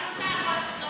גם אתה יכול לחזור בך.